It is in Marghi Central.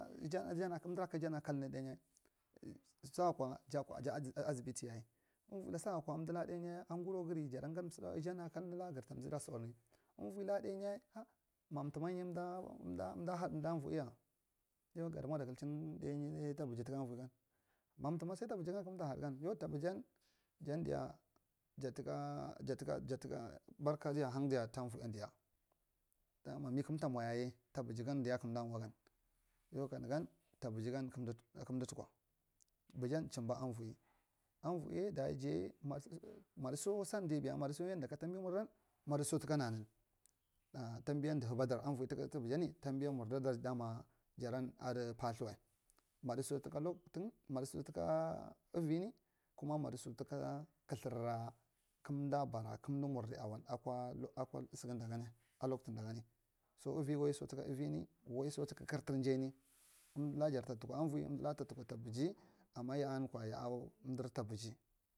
Uja uja amdira ka ujan a kalni ɗainyi sawakwa ja da azibiti i sawakwa amdila ɗainy a gwuni wagar jadasadi msamda ujan a kalnila gartamzee ra thawar ni uvila ɗainyi matema amdi had umdi avoziya you gada mudda kaichin daiyi ɗainyi tabiji taka avo gam matema sai tabijigan kanta had you tabijan tadiya jatuka jatuka barka diya hang diya ta voeryan diya mam kanta mwa yayi tabijigan daya kanda mwa yau kanigan tabijigan ug aɗmditukwa ɓujan chimba avo el, avoeiya jaya madu so san diya biya maduso tuka nanan a tambiyan duhebadar avoa tuka tambijani tambiya murdi dar kada ma jaran adu pathuwai maduso tuka lactun maduso tuka uraini kuma maduso tuka kathura kamɗa bara kamdu murdi arai akwa akwa sege dagani akwa tudasani so uvi waiso tuka uvini waiso tuka kartir jainu amdila ta tukwa uvoel umdila ta tukwa tabise ama ya ankwa ya a wul umdir tabiji.